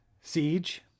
Siege